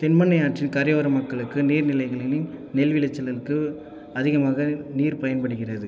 தென்பெண்ணை ஆற்றில் கரையோர மக்களுக்கு நீர் நிலைகளிலும் நெல் விளைச்சலுக்கு அதிகமாக நீர் பயன்படுகிறது